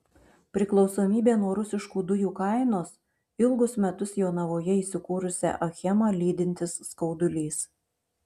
priklausomybė nuo rusiškų dujų kainos ilgus metus jonavoje įsikūrusią achemą lydintis skaudulys